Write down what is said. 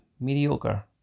Mediocre